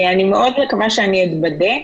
אני מאוד מקווה שאני אתבדה,